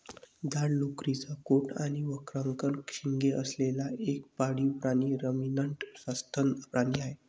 जाड लोकरीचा कोट आणि वक्राकार शिंगे असलेला एक पाळीव प्राणी रमिनंट सस्तन प्राणी आहे